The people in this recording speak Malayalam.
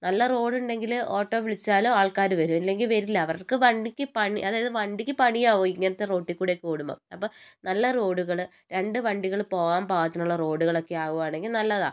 നല്ല റോഡ് ഉണ്ടെങ്കിൽ ഓട്ടോ വിളിച്ചാലും ആൾക്കാർ വരും ഇല്ലെങ്കിൽ വരില്ല അവർക്ക് വണ്ടിക്ക് പണി അതായത് വണ്ടിക്ക് പണിയാവും ഇങ്ങനത്തെ റോട്ടിൽ കൂടെയൊക്കെ ഓടുമ്പോൾ അപ്പം നല്ല റോഡുകൾ രണ്ട് വണ്ടികൾ പോവാൻ പാകത്തിനുള്ള റോഡുകളൊക്കെ ആവുകയാണെങ്കിൽ നല്ലതാണ്